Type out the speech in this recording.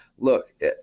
Look